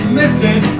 missing